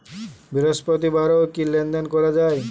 বৃহস্পতিবারেও কি লেনদেন করা যায়?